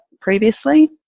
previously